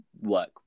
work